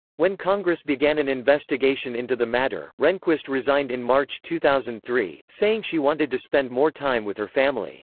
when congress began an investigation into the matter, rehnquist resigned in march two thousand and three, saying she wanted to spend more time with her family.